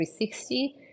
360